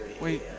Wait